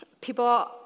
People